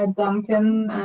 ah duncan